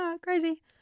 crazy